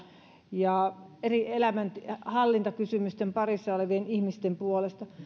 ja eri elämänhallintakysymysten parissa olevien ihmisten puolesta